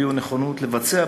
הביעו נכונות לבצע,